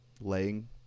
laying